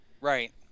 Right